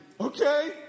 Okay